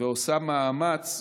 ועושה מאמץ.